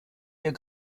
hier